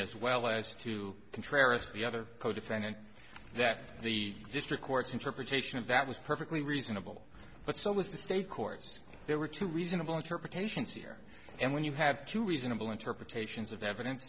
as well as to contrast the other codefendant that the district court's interpretation of that was perfectly reasonable but so was the state courts there were two reasonable interpretations here and when you have two reasonable interpretations of evidence